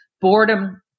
boredom